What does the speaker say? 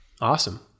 awesome